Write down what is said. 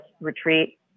retreat